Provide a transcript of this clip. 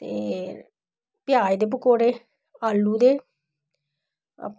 ते प्याज दे पकौड़े आलू दे